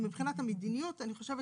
מבחינת המדיניות אני חושבת